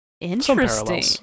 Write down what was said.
interesting